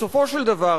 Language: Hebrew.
בסופו של דבר,